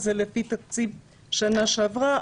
אז זה לפי תקציב שנה שעברה.